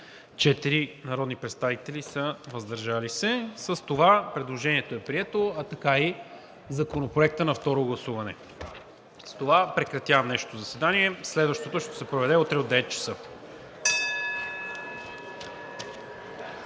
143 народни представители: за 107, против 12, въздържали се 24. С това предложението е прието, а така и Законопроектът на второ гласуване. С това прекратявам днешното заседание. Следващото ще се проведе утре от 9,00 ч.